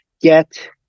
get